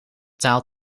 taal